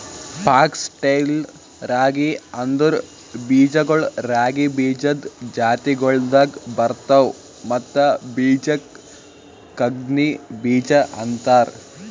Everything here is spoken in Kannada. ಫಾಕ್ಸ್ ಟೈಲ್ ರಾಗಿ ಅಂದುರ್ ಬೀಜಗೊಳ್ ರಾಗಿ ಬೀಜದ್ ಜಾತಿಗೊಳ್ದಾಗ್ ಬರ್ತವ್ ಮತ್ತ ಬೀಜಕ್ ಕಂಗ್ನಿ ಬೀಜ ಅಂತಾರ್